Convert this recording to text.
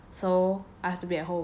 so I have to be at home